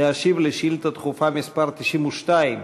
להשיב על שאילתה דחופה מס' 92,